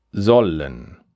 sollen